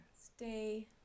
Stay